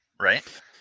right